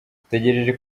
dutegereje